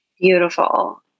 Beautiful